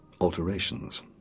alterations